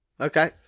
Okay